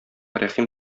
рәхим